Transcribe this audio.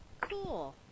Cool